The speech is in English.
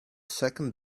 second